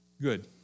good